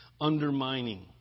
Undermining